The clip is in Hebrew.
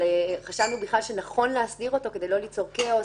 אבל חשבנו בכלל שנכון להסדיר אותו כדי לא ליצור כאוס.